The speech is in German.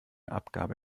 abgabe